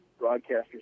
broadcasters